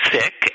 sick